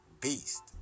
Beast